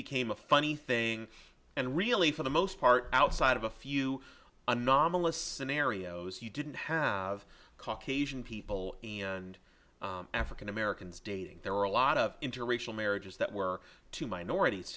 became a funny thing and really for the most part outside of a few anomalous scenarios you didn't have caucasian people and african americans dating there were a lot of interracial marriages that were to minorities